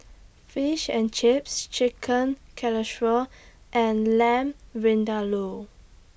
Fish and Chips Chicken and Lamb Vindaloo